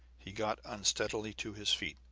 he got unsteadily to his feet.